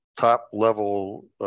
top-level